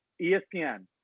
ESPN